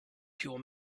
pure